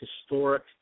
historic